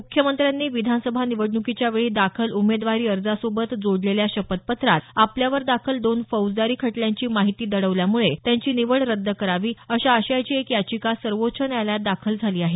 मुख्यमंत्र्यांनी निवडणुकीच्यावेळी दाखल केलेल्या शपथपत्रात आपल्यावर दाखल दोन फौजदारी खटल्यांची माहिती दडवल्यामुळे त्यांची निवड रद्द करावी अशा आशयाची एक याचिका सर्वोच्च न्यायालयात दाखल झाली आहे